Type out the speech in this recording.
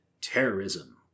terrorism